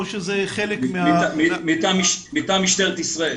מטעם משטרת ישראל.